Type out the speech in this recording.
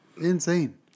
insane